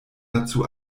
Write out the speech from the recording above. dazu